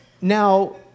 Now